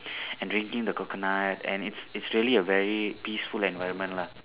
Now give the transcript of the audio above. and drinking the coconut and it's it's really a very peaceful environment lah